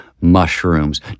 mushrooms